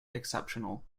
exceptional